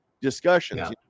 discussions